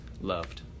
loved